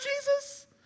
Jesus